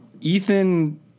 Ethan